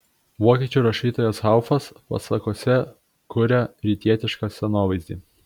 vokiečių rašytojas haufas pasakose kuria rytietišką scenovaizdį